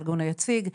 הארגון היציג,